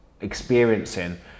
experiencing